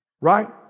Right